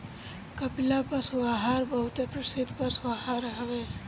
कपिला पशु आहार बहुते प्रसिद्ध पशु आहार हवे